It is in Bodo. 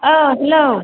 औ हेल'